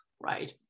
right